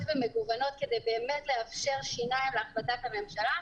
ומגוונות כדי באמת לאפשר שיניים להחלטת הממשלה,